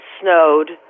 snowed